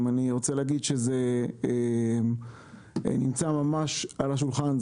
הנושא נמצא ממש על השולחן,